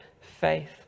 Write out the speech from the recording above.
faith